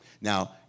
Now